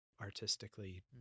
artistically